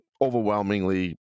overwhelmingly